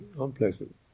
unpleasant